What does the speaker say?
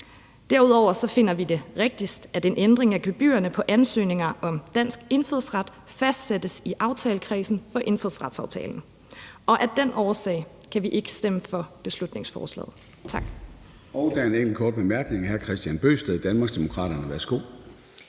Derudover finder vi det rigtigst, at en ændring af gebyrerne på ansøgninger om dansk indfødsret fastsættes i aftalekredsen for indfødsretsaftalen, og af den årsag kan vi ikke stemme for beslutningsforslaget. Tak.